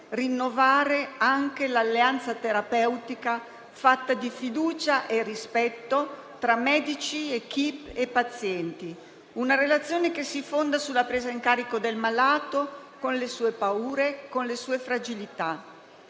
rinnovare anche l'alleanza terapeutica fatta di fiducia e rispetto tra medici, *équipe* e pazienti. Una relazione che si fonda sulla presa in carico del malato con le sue paure e con le sue fragilità.